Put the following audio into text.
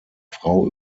frau